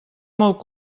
molt